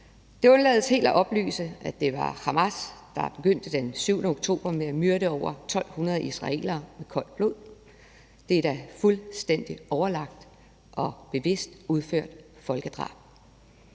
Man undlader helt at oplyse, at det var Hamas, der begyndte den 7. oktober med at myrde over 1.200 israelere med koldt blod. Det er da fuldstændig overlagt og bevidst udført folkedrab.